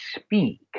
speak